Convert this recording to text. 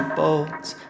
bolts